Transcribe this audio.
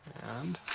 and